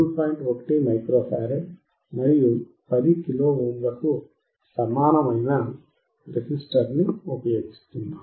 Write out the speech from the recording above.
1 micro farad మరియు 10 kilo ohm లకు సమానమైన రెసిస్టర్ని ఉపయోగిస్తున్నాను